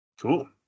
Cool